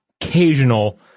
occasional